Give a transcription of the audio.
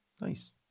Nice